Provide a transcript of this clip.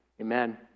Amen